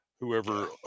Whoever